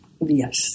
yes